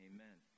Amen